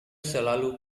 selalu